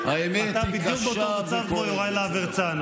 אתה בדיוק באותו מצב כמו יוראי הרצנו.